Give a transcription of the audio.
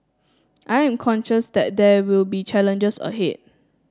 I am conscious that there will be challenges ahead